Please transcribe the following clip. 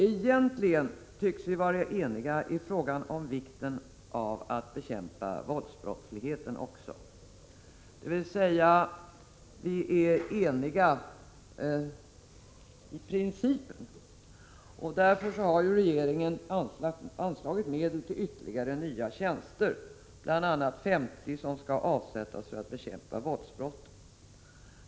Egentligen tycks vi vara eniga i frågan om vikten av att bekämpa våldsbrottsligheten också, dvs. vi är eniga i principen. Regeringen har ju därför anslagit medel till ytterligare nya tjänster, bl.a. 50 tjänster som skall avsättas för att bekämpa våldsbrotten.